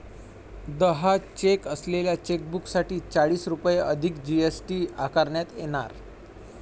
दहा चेक असलेल्या चेकबुकसाठी चाळीस रुपये अधिक जी.एस.टी आकारण्यात येणार